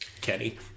Kenny